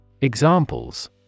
Examples